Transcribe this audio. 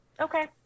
Okay